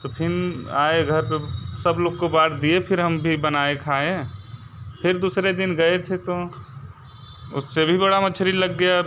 तो फिर आए घर पर सब लोग को बाट दिए फिर हम भी बनाए खाए फिर दूसरे दिन गए थे तो उससे भी बड़ी मछली लग गई